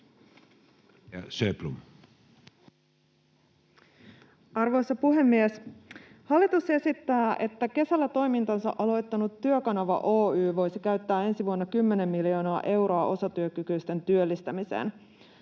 Arvoisa puhemies! Hallitus esittää, että kesällä toimintansa aloittanut Työkanava Oy voisi käyttää ensi vuonna kymmenen miljoonaa euroa osatyökykyisten työllistämiseen.